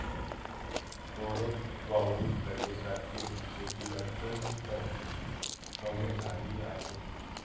कोरडवाहू प्रदेशातील शेती अत्यंत कमी झाली आहे